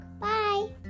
Bye